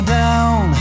down